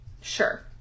Sure